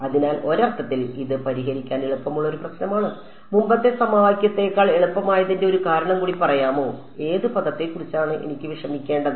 അതിനാൽ ഒരർത്ഥത്തിൽ ഇത് പരിഹരിക്കാൻ എളുപ്പമുള്ള ഒരു പ്രശ്നമാണ് മുമ്പത്തെ സമവാക്യങ്ങളേക്കാൾ എളുപ്പമായതിന്റെ ഒരു കാരണം കൂടി പറയാമോ ഏത് പദത്തെക്കുറിച്ചാണ് എനിക്ക് വിഷമിക്കേണ്ടത്